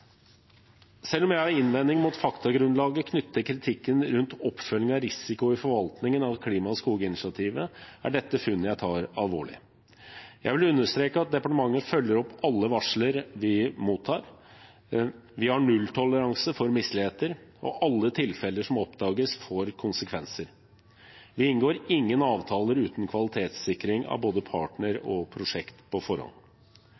Selv om jeg har innvendinger mot faktagrunnlaget knyttet til kritikken rundt oppfølgingen av risiko i forvaltningen av klima- og skoginitiativet, er dette funn jeg tar alvorlig. Jeg vil understreke at departementet følger opp alle varsler vi mottar. Vi har nulltoleranse for misligheter, og alle tilfeller som oppdages, får konsekvenser. Vi inngår ingen avtaler uten kvalitetssikring av både partner og prosjekt på forhånd.